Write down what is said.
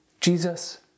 Jesus